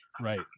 Right